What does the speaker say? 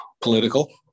political